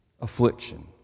affliction